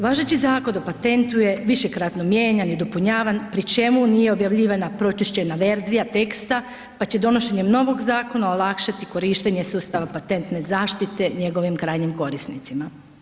Važeći Zakon o patentu je višekratno mijenjan i dopunjavan pri čemu nije objavljivana pročišćena verzija teksta pa će donošenjem novog zakona olakšati korištenje sustava patentne zaštite njegovim krajnjim korisnicima.